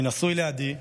אני נשוי לעדי,